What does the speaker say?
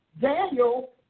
Daniel